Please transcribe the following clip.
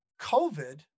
COVID